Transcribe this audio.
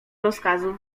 rozkazu